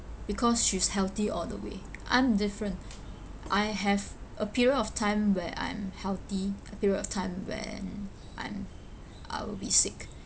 because she's healthy all the way I'm different I have a period of time where I'm healthy a period of time when I'm I'll be sick